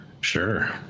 Sure